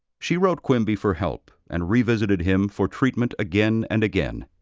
she wrote quimby for help and revisited him for treatment again and again.